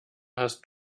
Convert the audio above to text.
hast